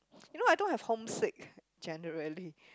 you know I don't have home sick generally